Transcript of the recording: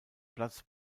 platz